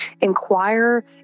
inquire